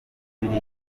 biri